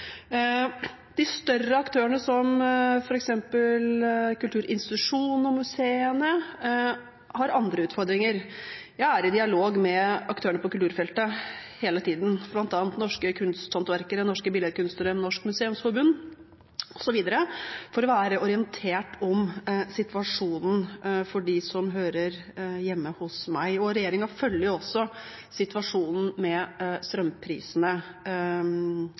De større aktørene, som f.eks. kulturinstitusjonene og museene, har andre utfordringer. Jeg er i dialog med aktørene på kulturfeltet hele tiden, bl.a. Norske Kunsthåndverkere, Norske Billedkunstnere, Norges museumsforbund, osv., for å være orientert om situasjonen for dem som hører hjemme hos meg. Regjeringen følger også situasjonen med strømprisene